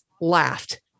laughed